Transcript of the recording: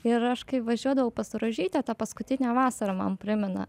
ir aš kai važiuodavau pas rožytę tą paskutinę vasarą man primena